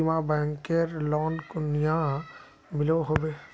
बिना बैंकेर लोन कुनियाँ मिलोहो होबे?